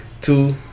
Two